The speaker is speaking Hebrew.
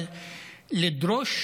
אבל לדרוש